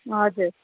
हजुर